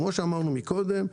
כפי שאמרנו קודם,